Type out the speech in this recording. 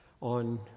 on